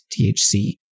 thc